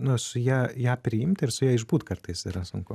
nu su ja ją priimt ir su ja išbūt kartais yra sunku